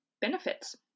benefits